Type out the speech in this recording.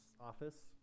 office